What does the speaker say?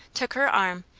took her arm,